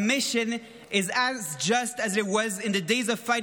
Our mission is as just as it was in the days of fighting